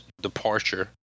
departure